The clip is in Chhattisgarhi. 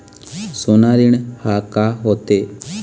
सोना ऋण हा का होते?